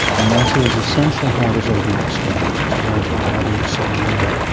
and that is essentially how the zodiac starts, it's a way of dividing the solar year.